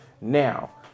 now